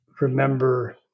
remember